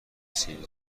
سین